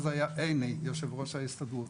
שבזמנו היה עופר עיני שכיהן כיושב ראש ההסתדרות,